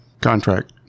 Contract